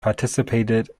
participated